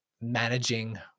managing